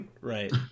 Right